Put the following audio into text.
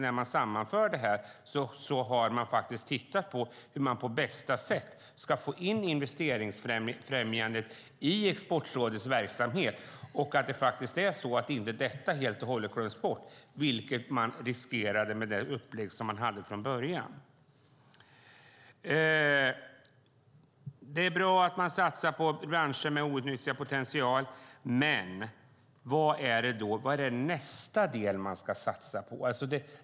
När man sammanför dem har man faktiskt tittat på hur man på bästa sätt ska få in investeringsfrämjandet i Exportrådets verksamhet, så att detta inte helt och hållet glöms bort, vilket man riskerade med det upplägg som man hade från början. Det är bra att man satsar på branscher med outnyttjad potential. Men vad är nästa del som man ska satsa på?